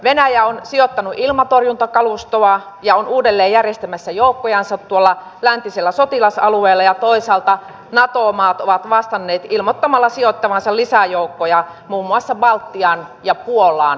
venäjä on sijoittanut ilmatorjuntakalustoa ja on uudelleen järjestämässä joukkojansa tuolla läntisellä sotilasalueella ja toisaalta nato maat ovat vastanneet ilmoittamalla sijoittavansa lisäjoukkoja muun muassa baltiaan ja puolaan